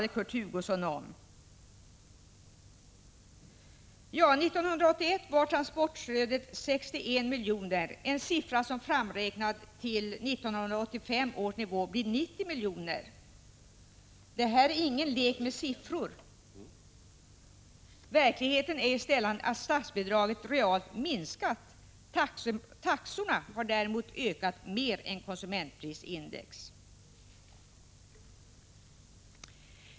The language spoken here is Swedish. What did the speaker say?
1981 var transportstödet drygt 61 miljoner, en siffra som framräknad till 1985 års nivå blir ca 90 miljoner. Detta är ingen lek med siffror. Verkligheten är den att statsbidraget realt har minskat. Taxorna har däremot ökat mer än konsumentprisindex.